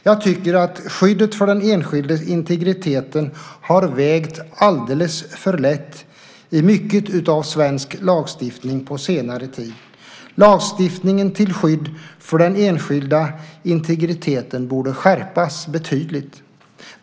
Jag tycker att skyddet för den enskildes integritet har vägt alldeles för lätt i mycket av svensk lagstiftning på senare tid. Lagstiftningen till skydd för den enskildes integritet borde skärpas betydligt.